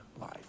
life